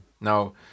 Now